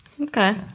Okay